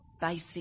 basic